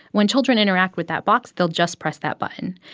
when children interact with that box, they'll just press that button.